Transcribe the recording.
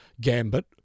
gambit